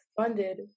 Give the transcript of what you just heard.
funded